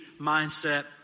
mindset